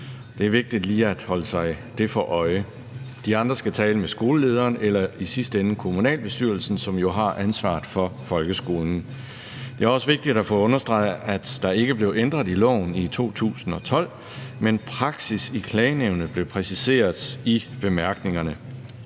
Det er vigtigt lige at holde sig det for øje. De andre skal tale med skolelederen eller i sidste ende kommunalbestyrelsen, som jo har ansvaret for folkeskolen. Det er også vigtigt at få understreget, at der ikke blev ændret i loven i 2012, men praksis i klagenævnet blev præciseret i bemærkningerne.